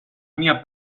mia